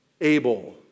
able